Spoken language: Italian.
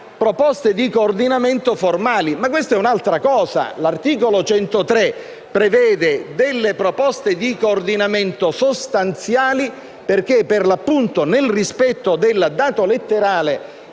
proposte di coordinamento formali. Questa è un'altra cosa. L'articolo 103 prevede delle proposte di coordinamento sostanziali perché, per l'appunto, nel rispetto del dato letterale